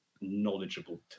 knowledgeable